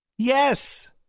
Yes